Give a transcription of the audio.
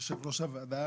יושב ראש הוועדה,